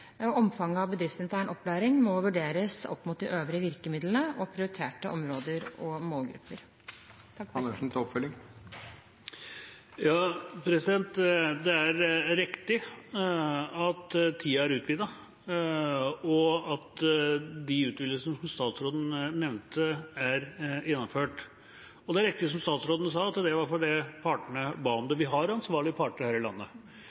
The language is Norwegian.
Omfanget av bedriftsintern opplæring må vurderes opp mot øvrige virkemidler og prioriterte områder og målgrupper. Ja, det er riktig at tida er utvidet, og at de utvidelsene som statsråden nevnte, er gjennomført, og det er riktig, som statsråden sa, at det var fordi partene ba om det. Vi har ansvarlige parter her i landet